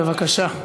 בבקשה.